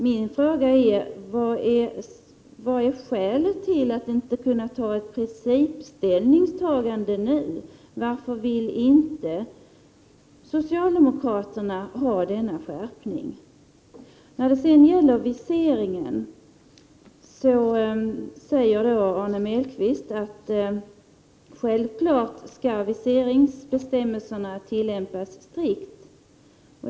Vilket är skälet till att man inte nu kan göra ett ställningstagande i princip? Varför vill inte socialdemokraterna ha denna skärpning? Arne Mellqvist säger att viseringsbestämmelserna självklart skall tillämpas strikt.